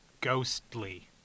ghostly